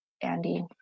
andy